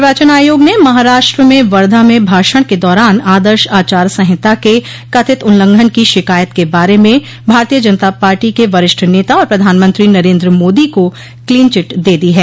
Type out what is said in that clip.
निर्वाचन आयोग ने महाराष्ट्र में वर्धा में भाषण के दौरान आदर्श आचार संहिता के कथित उल्लंघन की शिकायत के बारे में भारतीय जनता पार्टी के वरिष्ठ नेता और प्रधानमंत्री नरेन्द्र मोदी को क्लीन चिट दे दी है